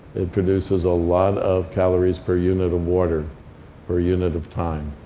it produces a lot of calories per unit of water per unit of time.